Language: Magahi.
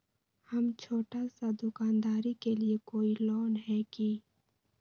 हम छोटा सा दुकानदारी के लिए कोई लोन है कि?